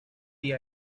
the